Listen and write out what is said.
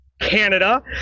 Canada